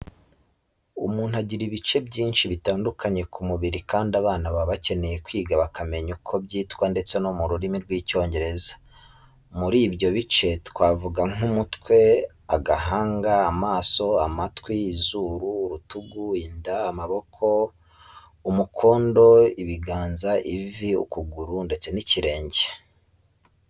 Umuntu agira ibice byinshi bitandukanye ku mubiri kandi abana baba bakeneye kwiga bakamenya uko byitwa ndetse no mu rurimi rw'Icyongereza. Muri ibyo bice twavuga nk'umutwe, agahanga, amaso, amatwi, izuru, urutugu, inda, amaboko, umukondo, ibiganza, ivi, ukuguru ndetse n'ikirenge.